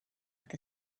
with